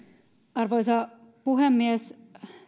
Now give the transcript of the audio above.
arvoisa puhemies